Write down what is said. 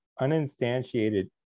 uninstantiated